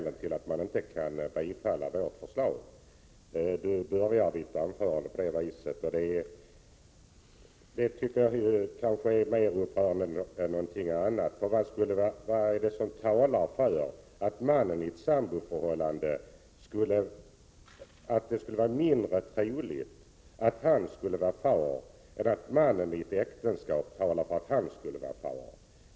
Ewa Hedkvist Petersen började sitt anförande med att säga det. Vad är det som talar för att det skulle vara mindre troligt att mannen i ett samboförhållande är fader än att mannen i ett äktenskap är fader?